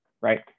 Right